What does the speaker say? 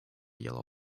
yellow